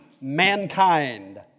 mankind